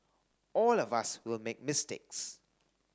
all of us will make mistakes